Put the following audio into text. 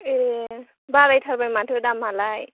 ए बारायथारबाय माथो दामालाय